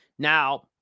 Now